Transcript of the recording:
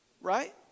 Right